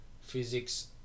physics